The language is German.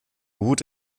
gut